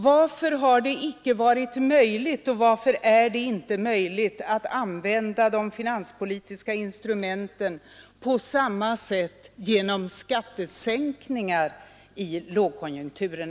Varför är det aldrig möjligt att använda de finanspolitiska instrumenten på samma sätt genom skattesänkningar när det behövs i lågkonjunkturer?